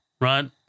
right